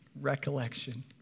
recollection